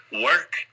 work